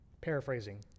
paraphrasing